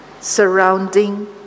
surrounding